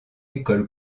école